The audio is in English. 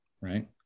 Right